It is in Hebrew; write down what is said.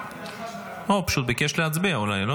הוא פשוט ביקש להצביע אולי.